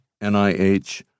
NIH